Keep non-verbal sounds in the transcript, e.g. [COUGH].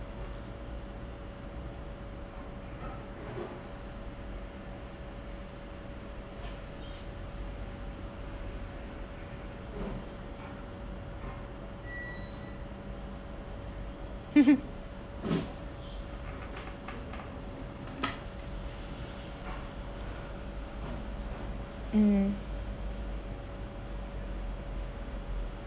[LAUGHS] um